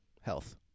health